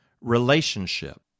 relationship